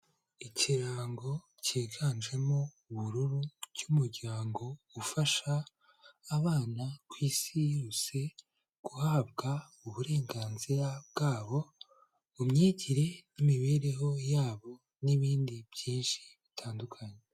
Ikirango cyiganjemo ubururu cy'umuryango ufasha abana ku Isi yose, guhabwa uburenganzira bwabo mu myigire n'imibereho yabo n'ibindi byinshi bitandukanye.